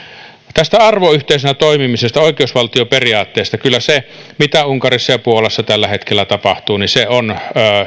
tästä arvoyhteisönä toimimisesta oikeusvaltioperiaatteesta kyllä se mitä unkarissa ja puolassa tällä hetkellä tapahtuu on